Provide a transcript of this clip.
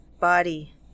body